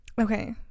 Okay